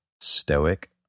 Stoic